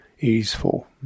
easeful